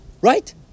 Right